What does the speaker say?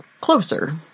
closer